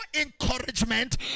encouragement